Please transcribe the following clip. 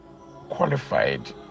qualified